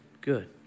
Good